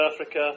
Africa